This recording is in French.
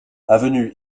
avenue